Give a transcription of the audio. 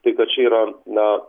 taip kad čia yra na